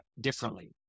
differently